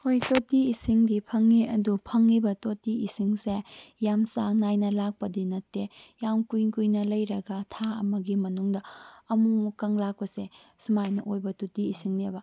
ꯍꯣꯏ ꯇꯣꯇꯤ ꯏꯁꯤꯡꯗꯤ ꯐꯪꯏ ꯑꯗꯨ ꯐꯪꯏꯕ ꯇꯣꯇꯤ ꯏꯁꯤꯡꯁꯦ ꯌꯥꯝ ꯆꯥꯡ ꯅꯥꯏꯅ ꯂꯥꯛꯄꯗꯤ ꯅꯠꯇꯦ ꯌꯥꯝ ꯀꯨꯏ ꯀꯨꯏꯅ ꯂꯩꯔꯒ ꯊꯥ ꯑꯃꯒꯤ ꯃꯅꯨꯡꯗ ꯑꯃꯨꯛ ꯃꯨꯛꯀ ꯂꯥꯛꯄꯁꯦ ꯁꯨꯃꯥꯏꯅ ꯑꯣꯏꯕ ꯇꯣꯇꯤ ꯏꯁꯤꯡꯅꯦꯕ